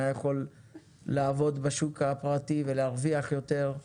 היה יכול לעבוד בשוק הפרטי ולהרוויח יותר,